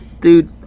Dude